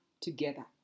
together